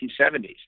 1970s